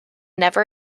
never